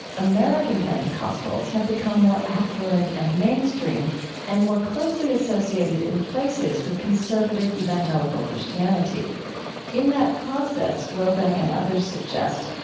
american pentecostals have become more affluent and mainstream and more closely associated in places with conservative evangelical christianity in that process, robeck and others suggest,